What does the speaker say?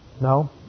No